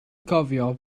cofio